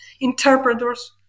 interpreters